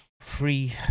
free